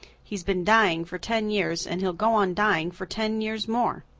he's been dying for ten years and he'll go on dying for ten years more.